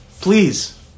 please